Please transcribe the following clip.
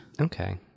Okay